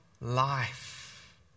life